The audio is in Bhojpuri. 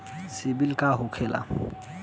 सीबील का होखेला?